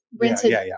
Rented